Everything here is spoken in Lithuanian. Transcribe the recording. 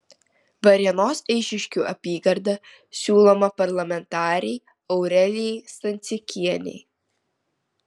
varėnos eišiškių apygarda siūloma parlamentarei aurelijai stancikienei